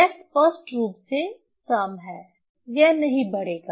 यह स्पष्ट रूप से सम है यह नहीं बढ़ेगा